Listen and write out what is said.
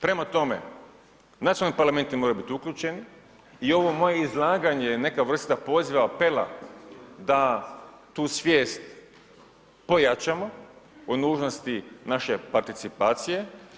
Prema tome, nacionalni parlamenti moraju biti uključeni i ovo moje izlaganje je neka vrsta poziva, apela da tu svijest pojačamo o nužnosti naše participacije.